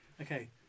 Okay